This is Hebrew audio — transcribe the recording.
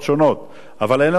אבל אין לנו את הכוח הפוליטי,